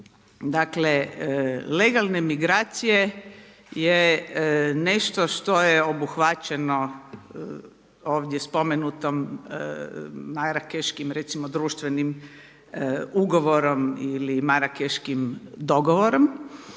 Dakle, legalne migracije je nešto što je obuhvaćeno ovdje spomenutom Marakeškim društvenim ugovorom ili Marakeškim dogovorom